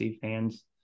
fans